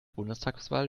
bundestagswahl